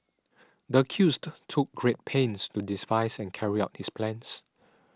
the accused took great pains to devise and carry out his plan